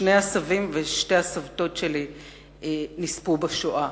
שני הסבים ושתי הסבתות שלי נספו בשואה.